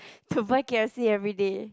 to buy K_F_C everyday